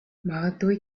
магадгүй